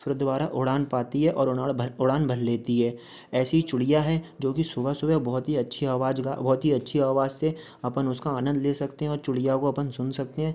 फिर दुबारा उड़ान पाती है और उड़ान भर लेती है ऐसी ही चूड़िया है जो कि सुबह सुबह बहोत ही अच्छी आवाज गा बहोत ही अच्छी आवाज से अपन उसका आनंद ले सकते हैं और चूड़िया को अपन सुन सकते हैं